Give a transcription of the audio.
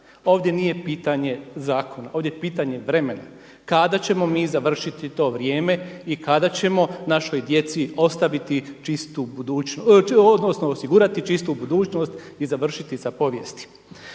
Ovdje nije pitanje zakona ovdje je pitanje vremena kada ćemo mi završiti to vrijeme i kada ćemo našoj djeci osigurati čistu budućnost i završiti sa povijesti.